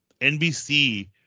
nbc